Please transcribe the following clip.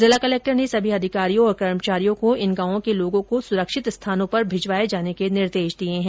जिला कलेक्टर ने सभी अधिकारियों और कर्मचारियों को इन गांवों के लोगों को सुरक्षित स्थानों पर भिजवाये जाने के निर्देश दिये है